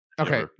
okay